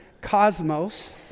cosmos